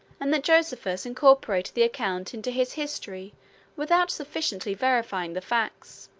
and that josephus incorporated the account into his history without sufficiently verifying the facts.